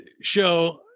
show